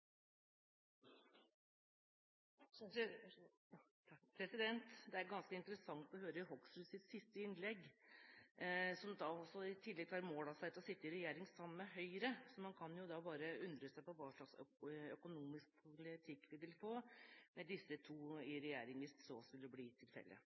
kanskje vente litt med å bli størst i verden på eiendom, og heller bruke pengene på innbyggerne våre i Norge. Det er ganske interessant å høre på representanten Hoksruds siste innlegg – og som i tillegg tar mål av seg til å sitte i regjering sammen med Høyre. Man kan bare undre seg på hva slags økonomisk politikk vi vil få med